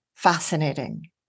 fascinating